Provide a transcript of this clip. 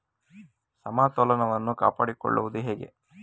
ಸಮತೋಲನವನ್ನು ಕಾಪಾಡಿಕೊಳ್ಳುವುದು ಹೇಗೆ?